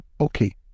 okay